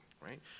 right